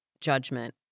judgment